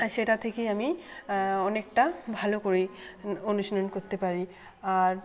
আর সেটা থেকেই আমি অনেকটা ভালো করি অনুশীলন করতে পারি আর